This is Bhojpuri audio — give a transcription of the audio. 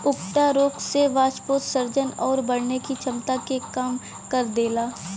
उकठा रोग से वाष्पोत्सर्जन आउर बढ़ने की छमता के कम कर देला